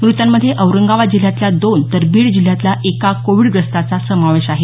मृतांमध्ये औरंगाबाद जिल्ह्यातल्या दोन तर बीड जिल्ह्यातल्या एका कोविडग्रस्ताचा समावेश आहे